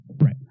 right